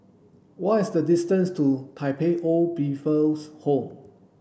what is the distance to Tai Pei Old People's Home